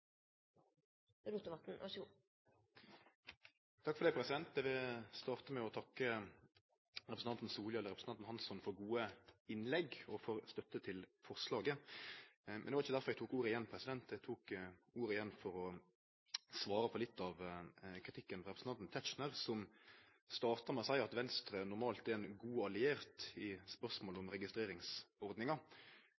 representanten Hansson for gode innlegg og for støtte til forslaget. Men det var ikkje derfor eg tok ordet igjen. Eg tok ordet igjen for å svare på litt av kritikken frå representanten Tetzschner, som starta med å seie at Venstre normalt er ein god alliert i